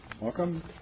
Welcome